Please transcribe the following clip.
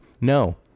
no